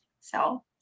So-